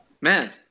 Man